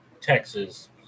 Texas